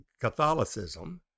Catholicism